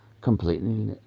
completely